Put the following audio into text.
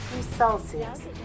Celsius